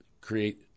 create